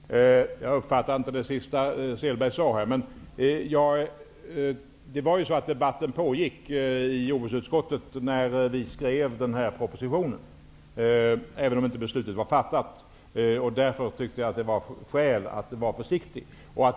Herr talman! Jag uppfattade inte det sista som Åke Selberg sade. Debatten pågick ju i jordbruksutskottet när vi skrev denna proposition, även om beslutet inte var fattat. Därför tyckte jag att det fanns skäl att vara försiktig.